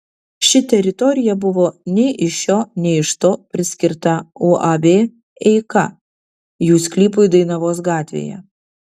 ši teritorija buvo nei iš šio nei iš to priskirta uab eika jų sklypui dainavos gatvėje